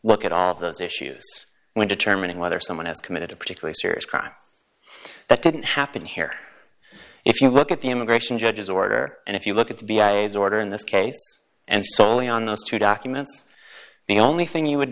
look at all of those issues when determining whether someone has committed a particularly serious crime that didn't happen here if you look at the immigration judge's order and if you look at the b a s order in this case and solely on those two documents the only thing you would